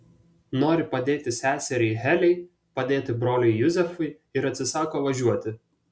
nori padėti seseriai heliai padėti broliui juzefui ir atsisako važiuoti